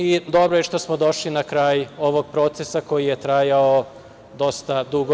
I dobro je što smo došli na kraj ovog procesa koji je trajao dosta dugo.